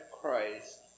Christ